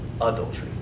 adultery